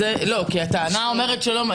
הטענה אומרת שלא,